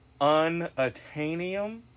Unatanium